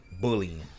bullying